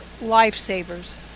lifesavers